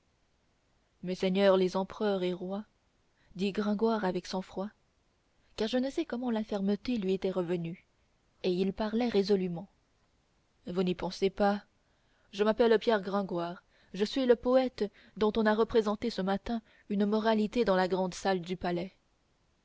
messeigneurs les empereurs et rois dit gringoire avec sang-froid car je ne sais comment la fermeté lui était revenue et il parlait résolument vous n'y pensez pas je m'appelle pierre gringoire je suis le poète dont on a représenté ce matin une moralité dans la grand salle du palais